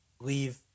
leave